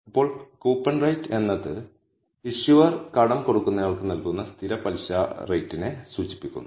ഇപ്പോൾ coupon rate എന്നത് issuer കടം കൊടുക്കുന്നയാൾക്ക് നൽകുന്ന സ്ഥിര പലിശ റേറ്റിനെ സൂചിപ്പിക്കുന്നു